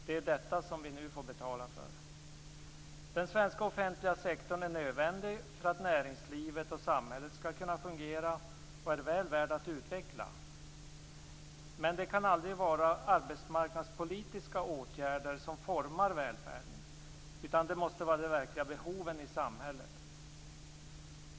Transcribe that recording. Det är detta vi nu får betala för. Den svenska offentliga sektorn är nödvändig för att näringslivet och samhället skall kunna fungera och är väl värd att utveckla. Men det kan aldrig vara arbetsmarknadspolitiska åtgärder som formar välfärden, utan det måste vara de verkliga behoven i samhället.